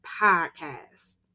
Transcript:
podcast